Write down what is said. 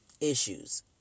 issues